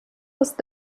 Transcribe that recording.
ist